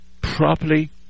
properly